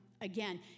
again